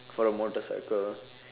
for a motorcycle